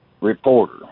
reporter